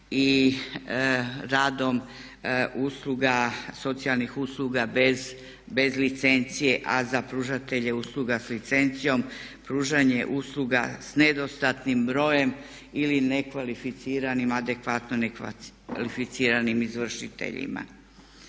i radom usluga socijalnih usluga bez licencije a za pružatelje usluga s licencijom, pružanje usluga s nedostatnim brojem ili nekvalificiranim, adekvatno ne kvalificiranim izvršiteljima.